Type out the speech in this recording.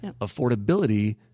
affordability